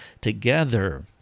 together